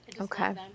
okay